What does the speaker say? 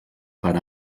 per